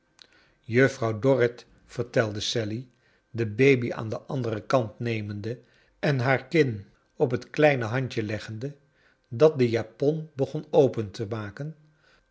jufrouw dorrit vertelde sally de baby aan den anderen kant nemende en haar kin op het kleine handje leggende dat de japon begon open te maken